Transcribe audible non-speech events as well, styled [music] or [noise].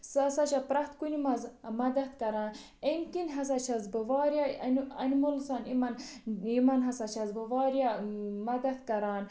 سۄ ہسا چھِ پرٛیٚتھ کُنہِ منٛز مدد کران اَمہِ کِنۍ ہسا چھیٚس بہٕ واریاہ [unintelligible] اَنمٕلزَن یِمن یِمن ہسا چھیٚس بہٕ واریاہ مدد کران